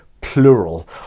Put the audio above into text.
plural